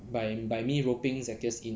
by by me roping zakirs in